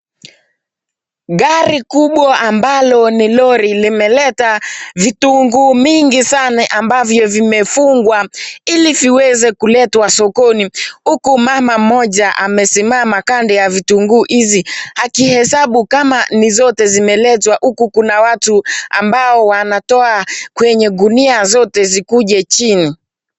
Gari kubwa ambalo ni lori limeleta vitunguu mingi sana ambavyo vimefungwa ili viweze kuletwa sokoni huku mama mmoja amesimama kando ya vitunguu hizi akihesabu kama ni zote zimeletwa huku kuna watu ambao wanatoa kwenye kunia zote zikuje jini.